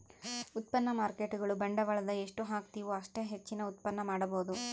ಉತ್ಪನ್ನ ಮಾರ್ಕೇಟ್ಗುಳು ಬಂಡವಾಳದ ಎಷ್ಟು ಹಾಕ್ತಿವು ಅಷ್ಟೇ ಹೆಚ್ಚಿನ ಉತ್ಪನ್ನ ಮಾಡಬೊದು